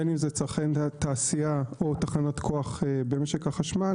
בין אם זה צרכני תעשייה או תחנות כוח במשק החשמל